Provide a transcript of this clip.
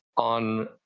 on